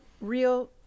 real